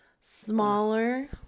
smaller